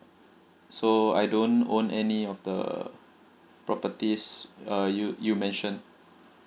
so I don't own any of the properties uh you you mentioned